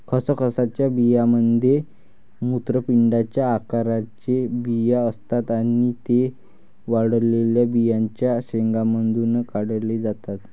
खसखसच्या बियांमध्ये मूत्रपिंडाच्या आकाराचे बिया असतात आणि ते वाळलेल्या बियांच्या शेंगांमधून काढले जातात